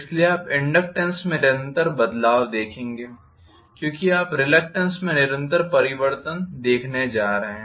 इसलिए आप इनडक्टेन्स में निरंतर बदलाव देखेंगे क्योंकि आप रिलक्टेन्स में निरंतर परिवर्तन देखने जा रहे हैं